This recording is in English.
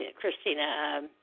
Christina